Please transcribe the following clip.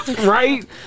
right